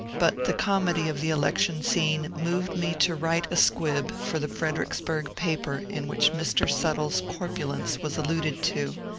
but the comedy of the election scene moved me to write a squib for the fredericksburg paper in which mr. suttle's corpulence was alluded to,